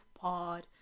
Pod